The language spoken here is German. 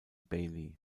bailey